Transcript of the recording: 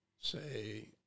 say